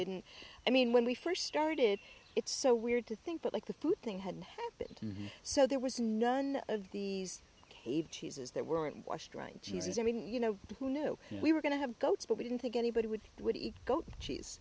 didn't i mean when we first started it's so weird to think that like the food thing hadn't happened so there was none of these cave cheeses that weren't washed right jesus i mean you know who knew we were going to have goats but we didn't think anybody would would